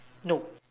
no